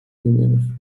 примеров